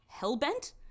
Hellbent